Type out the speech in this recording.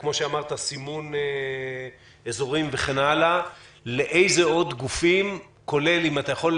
וכמו שאמרת סימון אזורים וכן הלאה לאיזה עוד גופים ותכף